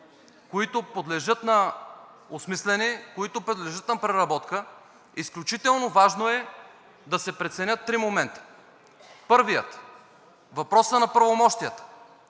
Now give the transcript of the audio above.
които подлежат на осмисляне и които подлежат на преработка. Изключително важно е да се преценят три момента. Първият – въпросът на правомощията,